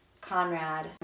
conrad